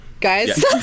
guys